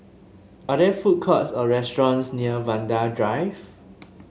are there food courts or restaurants near Vanda Drive